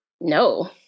No